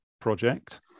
project